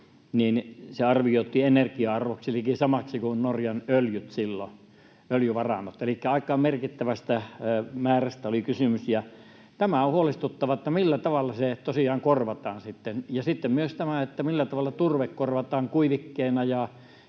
arvioitiin liki samaksi kuin Norjan öljyvarannot silloin, elikkä aika merkittävästä määrästä oli kysymys. On huolestuttavaa, millä tavalla se tosiaan korvataan sitten, ja myös se, millä tavalla turve korvataan kuivikkeena